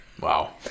Wow